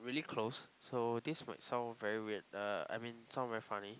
really close so this might sound very weird I mean sound very funny